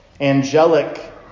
angelic